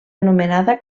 anomenada